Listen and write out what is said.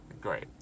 Great